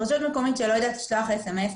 אם רשות מקומית לא יודעת לשלוח SMS,